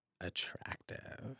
attractive